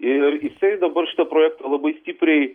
ir jisai dabar šitą projektą labai stipriai